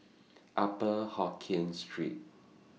Upper Hokkien Street